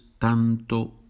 tanto